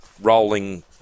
rolling